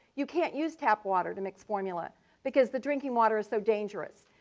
you can't use tap water to mix formula because the drinking water is so dangerous.